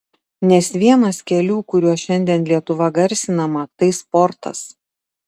nes vienas kelių kuriuo šiandien lietuva garsinama tai sportas